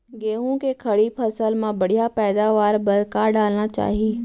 गेहूँ के खड़ी फसल मा बढ़िया पैदावार बर का डालना चाही?